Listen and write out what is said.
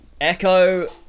Echo